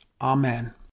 Amen